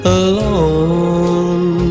alone